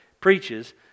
preaches